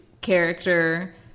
character